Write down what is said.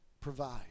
provide